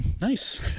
Nice